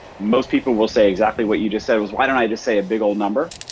most people will say exactly what you just said. it was, why don't i just say a big old number.